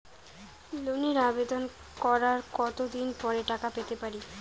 লোনের আবেদন করার কত দিন পরে টাকা পেতে পারি?